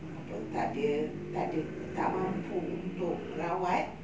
apa tak ada tak ada tak mampu untuk merawat